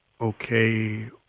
okay